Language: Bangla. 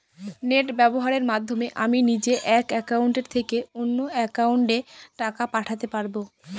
নেট ব্যবহারের মাধ্যমে আমি নিজে এক অ্যাকাউন্টের থেকে অন্য অ্যাকাউন্টে টাকা পাঠাতে পারব?